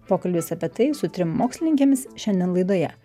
pokalbis apie tai su trim mokslininkėmis šiandien laidoje